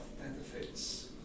benefits